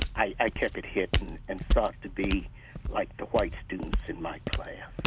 i kept it hidden and sought to be like the white students in my class.